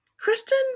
Kristen